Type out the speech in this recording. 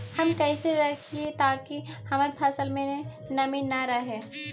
हम कैसे रखिये ताकी हमर फ़सल में नमी न रहै?